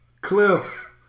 Cliff